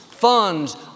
funds